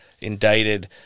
indicted